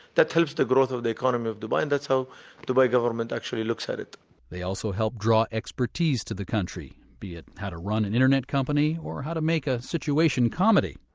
that helps the growth of the economy of dubai and that's how dubai government actually looks at it they also help draw expertise to the country, be it how to run an internet company or how to make a situation comedy.